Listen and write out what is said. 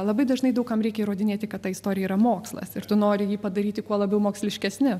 labai dažnai daug kam reikia įrodinėti kad ta istorija yra mokslas ir tu nori jį padaryti kuo labiau moksliškesniu